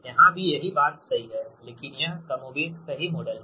यहाँ भी यही बात सही है लेकिन यह कमोबेश सही मॉडल है